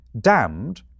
damned